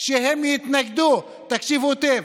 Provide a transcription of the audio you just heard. שהם יתנגדו, תקשיבו היטב,